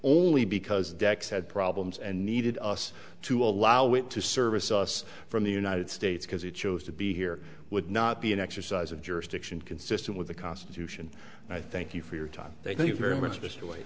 only because the decks had problems and needed us to allow it to service us from the united states because it chose to be here would not be an exercise of jurisdiction consistent with the constitution and i thank you for your time thank you very much